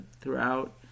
throughout